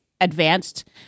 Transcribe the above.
advanced